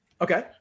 Okay